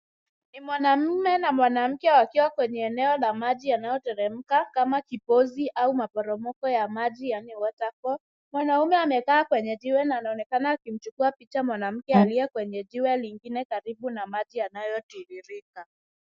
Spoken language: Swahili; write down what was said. Ni mwanaume na mwanamke wakiwa kwenye eneo la maji yanayoteremka kama kipozi ama maporomoko ya maji ama waterfall . Mwanaume amekaa kwenye jiwe na anaonekana akimchukua picha mwanamke aliye kwenye jiwe lingine karibu na maji yanayotiririka.